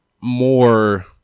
more